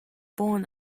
born